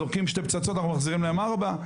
זורקים שתי פצצות אנחנו מחזירים להם ארבע.